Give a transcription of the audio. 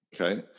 Okay